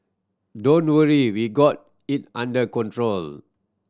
don't worry we've got it under control